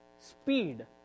speed